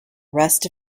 rest